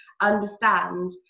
understand